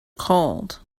cold